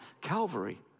Calvary